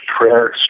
prayer